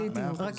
מאה אחוז.